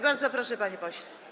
Bardzo proszę, panie pośle.